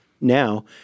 Now